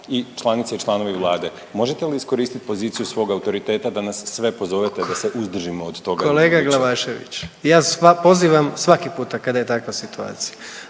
i članice i članovi vlade. Možete li iskoristiti poziciju svog autoriteta da nas sve pozovete da se uzdržimo od toga ubuduće? **Jandroković, Gordan (HDZ)** Kolega Glavašević, ja sve pozivam svaki puta kada je takva situacija,